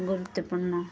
ଗୁରୁତ୍ୱପୂର୍ଣ୍ଣ